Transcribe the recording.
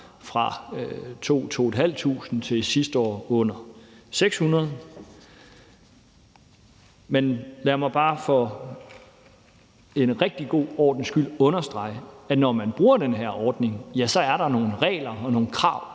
fra 2.000-2.500 til under 600 sidste år. Men lad mig bare for en rigtig god ordens skyld understrege, at når man bruger den her ordning, ja, så er der nogle regler og nogle krav,